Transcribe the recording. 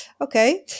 okay